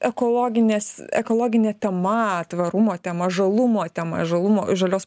ekologinės ekologinė tema tvarumo tema žalumo tema žalumo žalios